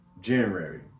January